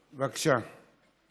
בבקשה.